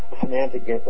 Semantic